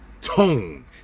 tone